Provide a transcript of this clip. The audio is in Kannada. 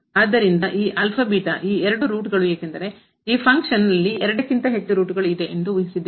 ಆದ್ದರಿಂದ ಈ ಈ ಎರಡು ರೂಟ್ಗಳು ಏಕೆಂದರೆ ಈ ಫಂಕ್ಷನ್ ಕಾರ್ಯ ನಲ್ಲಿ ಎರಡಕ್ಕಿಂತ ಹೆಚ್ಚು ರೂಟ್ಗಳು ಇದೆ ಎಂದು ಊಹಿಸಿದ್ದೇವೆ